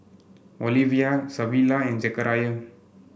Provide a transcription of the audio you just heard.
Olivia Savilla and Zachariah